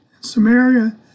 Samaria